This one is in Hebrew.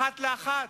אחת לאחת.